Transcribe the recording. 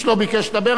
איש לא ביקש לדבר.